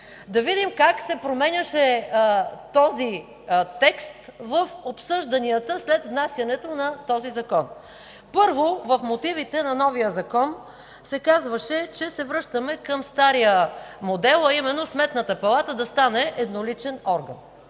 Да видим как се променяше този текст в обсъжданията след внасянето на този закон. Първо, в мотивите на новия закон се казваше, че се връщаме към стария модел, а именно Сметната палата да стане едноличен орган.